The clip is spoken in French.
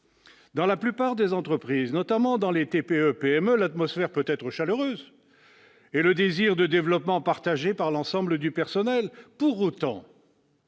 Dans la plupart des entreprises, notamment dans les TPE et PME, l'atmosphère peut être chaleureuse et le désir de développement partagé par l'ensemble du personnel ; pour autant,